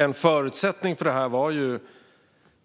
En förutsättning för detta var